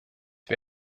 wir